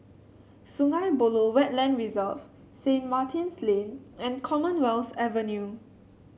Sungei Buloh Wetland Reserve Saint Martin's Lane and Commonwealth Avenue